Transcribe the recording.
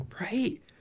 Right